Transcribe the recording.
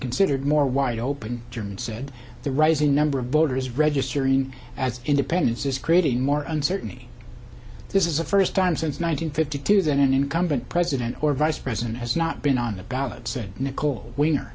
considered more wide open your mind said the rising number of voters registering as independents is creating more uncertainty this is the first time since nine hundred fifty two than an incumbent president or vice president has not been on the ballot said nicole wiener